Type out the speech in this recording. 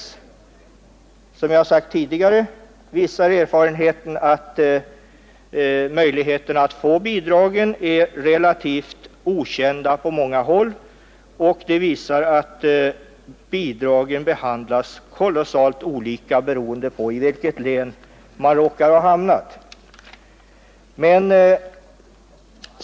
Som jag har sagt tidigare visar erfarenheten att möjligheterna att få semesterbidrag är väldigt okända på många håll, men det framgår alltså också att bidragsansökningarna behandlas kolossalt olika beroende på i vilket län man råkar ha hamnat.